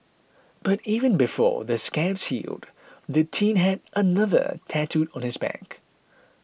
but even before the scabs healed the teen had another tattooed on his back